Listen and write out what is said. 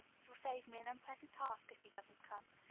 it will save me an unpleasant task if he doesn't come.